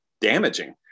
damaging